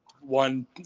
one